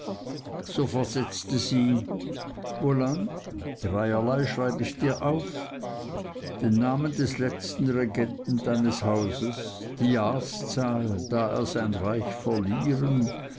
so versetzte sie wohlan dreierlei schreib ich dir auf den namen des letzten regenten deines hauses die jahrszahl da er sein reich verlieren